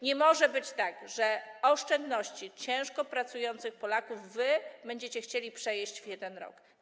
Nie może być tak, że oszczędności ciężko pracujących Polaków będziecie chcieli przejeść w jeden rok.